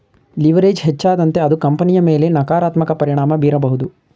leverage ಹೆಚ್ಚಾದಂತೆ ಅದು ಕಂಪನಿಯ ಮೇಲೆ ನಕಾರಾತ್ಮಕ ಪರಿಣಾಮ ಬೀರಬಹುದು